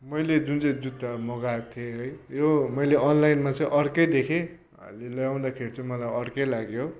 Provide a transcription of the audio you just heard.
मैले जुन चाहिँ जुत्ता मगाएको थिएँ है यो मैले अनलाइनमा चाहिँ अर्कै देखेँ अहिले ल्याउँदाखेरि चाहिँ मलाई अर्कै लाग्यो